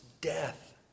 death